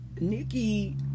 Nikki